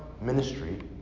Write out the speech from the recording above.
ministry